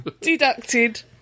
deducted